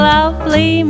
Lovely